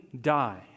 die